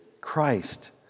Christ